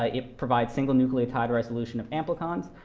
ah it provides single-nucleotide resolution of amplicons,